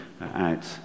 out